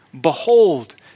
Behold